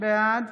בעד